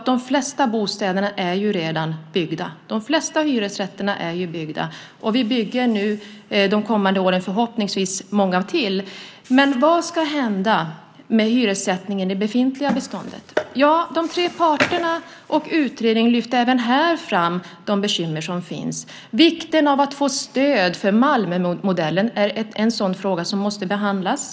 De flesta bostäderna är redan byggda. De flesta hyresrätterna är byggda. Vi bygger förhoppningsvis många till de kommande åren. Men vad ska hända med hyressättningen i det befintliga beståndet? De tre parterna och utredningen lyfte även här fram de bekymmer som finns. Vikten av att få stöd för Malmömodellen är en fråga som måste behandlas.